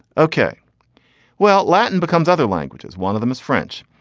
ok well latin becomes other languages one of them is french.